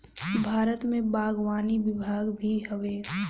भारत में बागवानी विभाग भी हवे